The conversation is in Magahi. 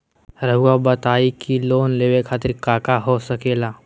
रउआ बताई की लोन लेवे खातिर काका हो सके ला?